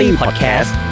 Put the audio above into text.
podcast